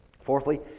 Fourthly